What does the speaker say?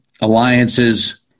alliances